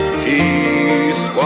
peace